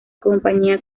compañía